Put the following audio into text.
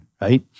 right